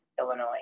Illinois